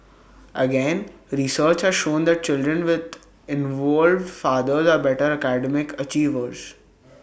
again research has shown that children with involved fathers are better academic achievers